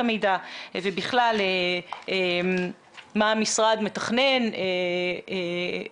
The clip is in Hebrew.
המידע ובכלל מה המשרד מתכנן